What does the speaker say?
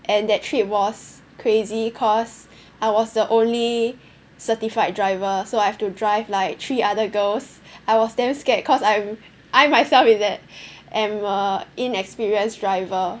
and that trip was crazy cause I was the only certified driver so I have to drive like three other girls I was damn scared cause I'm I myself is an am a inexperienced driver